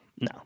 No